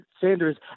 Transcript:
Sanders